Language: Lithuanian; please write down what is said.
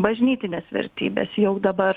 bažnytinės vertybės jau dabar